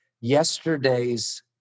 yesterday's